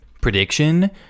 Prediction